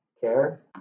care